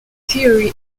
theory